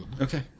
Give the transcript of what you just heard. Okay